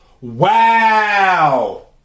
Wow